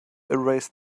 erased